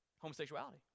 homosexuality